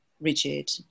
rigid